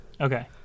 Okay